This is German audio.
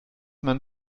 man